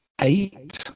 eight